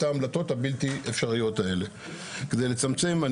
ההמלטות הבלתי אפשריות האלה כדי לצמצם.